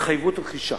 התחייבות רכישה,